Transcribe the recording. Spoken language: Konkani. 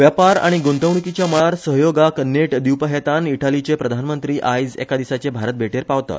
व्यापार आनी गुंतवणुकिच्या मळार सहयोगाक नेट दिवपा हेतान इटालीचे प्रधानमंत्री आयज एका दिसाचे भारत भेटेर पावतात